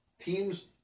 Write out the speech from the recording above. Teams